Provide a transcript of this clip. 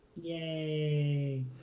yay